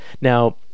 Now